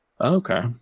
okay